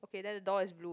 okay then the door is blue